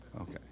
Okay